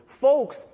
folks